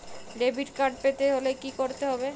Debit card পেতে হলে কি করতে হবে?